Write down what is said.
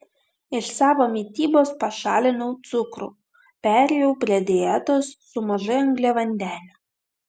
iš savo mitybos pašalinau cukrų perėjau prie dietos su mažai angliavandenių